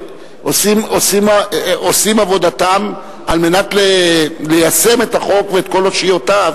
עושים עבודתם על מנת ליישם את החוק וכל אושיותיו,